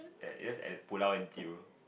eh that's at Pulau N_T_U